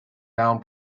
down